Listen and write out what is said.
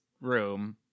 room